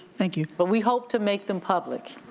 thank you. but we hope to make them public,